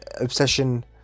obsession